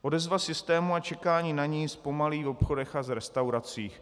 Odezva systému a čekání na něj zpomalí v obchodech a restauracích.